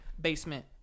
BASEMENT